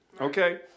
Okay